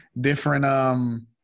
different